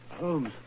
Holmes